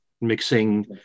mixing